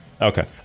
Okay